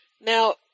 Now